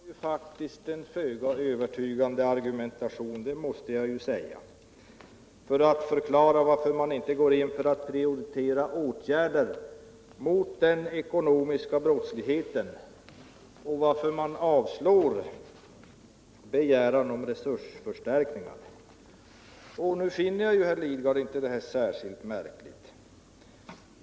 Herr talman! Jag måste säga att detta var en föga övertygande argumentation för att förklara varför man inte går in för att prioritera åtgärder mot den ekonomiska brottsligheten och varför man avslår begäran om resursförstärkningar. Men, herr Lidgard, jag finner det inte särskilt märkligt.